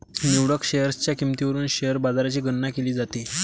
निवडक शेअर्सच्या किंमतीवरून शेअर बाजाराची गणना केली जाते